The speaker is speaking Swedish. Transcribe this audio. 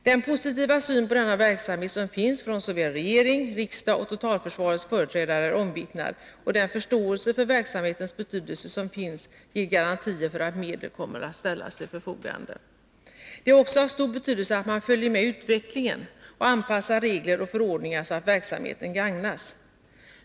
Den positiva syn på denna verksamhet som finns från såväl regering och riksdag som totalförsvarets företrädare är omvittnad, och den förståelse för verksamhetens betydelse som finns ger garantier för att medel kommer att ställas till förfogande. Det är också av stor betydelse att man följer med utvecklingen och anpassar regler och förordningar så att verksamheten gagnas.